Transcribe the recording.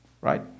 right